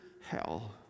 Hell